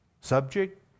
subject